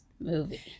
movie